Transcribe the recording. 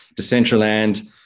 Decentraland